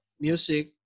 music